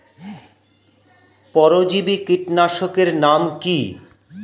পরজীবী কীটনাশকের নাম কি?